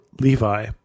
Levi